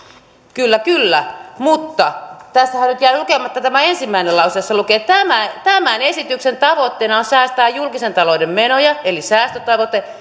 kyllä kyllä mutta tässähän nyt jäi lukematta tämä ensimmäinen lause jossa lukee että tämän esityksen tavoitteena on säästää julkisen talouden menoja eli säästötavoite